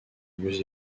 mieux